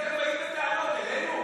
למי אתם באים בטענות, אלינו?